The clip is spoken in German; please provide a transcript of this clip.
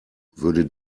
würde